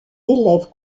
élèves